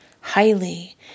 highly